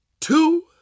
two